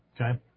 Okay